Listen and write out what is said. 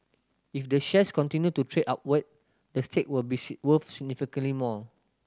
if the shares continue to trade upward the stake will be worth significantly more